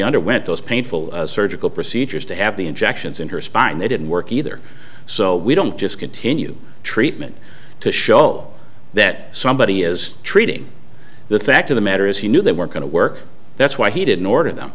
underwent those painful surgical procedures to have the injections in her spine they didn't work either so we don't just continue treatment to show that somebody is treating the fact of the matter is he knew they weren't going to work that's why he didn't order them